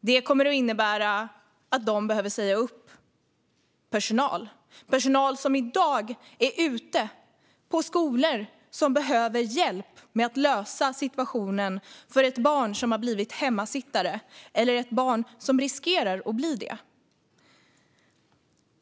Det kommer att innebära att de behöver säga upp personal som i dag är ute på skolor som behöver hjälp med att lösa situationen för barn som har blivit hemmasittare eller riskerar att bli det.